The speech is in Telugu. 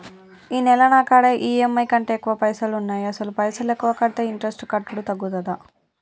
ఈ నెల నా కాడా ఈ.ఎమ్.ఐ కంటే ఎక్కువ పైసల్ ఉన్నాయి అసలు పైసల్ ఎక్కువ కడితే ఇంట్రెస్ట్ కట్టుడు తగ్గుతదా?